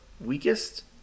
weakest